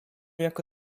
jako